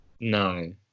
No